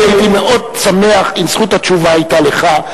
אני הייתי מאוד שמח אם זכות התשובה היתה לך,